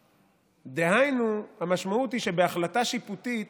דהיינו, המשמעות היא שבהחלטה שיפוטית